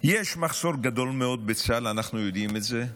יש מחסור גדול מאוד בצה"ל, אנחנו יודעים את זה,